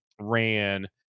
ran